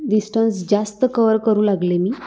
distance जास्त cover करू लागले मी